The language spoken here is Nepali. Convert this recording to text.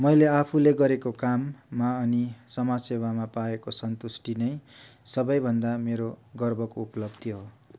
मैले आफूले गरेको काममा अनि समाज सेवामा पाएको सन्तुष्टी नै सबैभन्दा मेरो गर्वको उपलब्धि हो